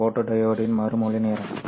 ஃபோட்டோடியோடின் மறுமொழி நேரம்